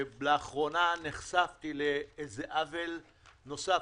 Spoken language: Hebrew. לאחרונה נחשפתי לעוול נוסף.